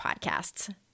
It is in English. podcasts